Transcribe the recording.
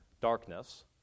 darkness